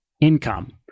income